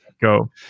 go